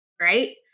right